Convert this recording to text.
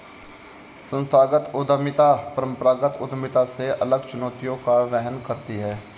संस्थागत उद्यमिता परंपरागत उद्यमिता से अलग चुनौतियों का वहन करती है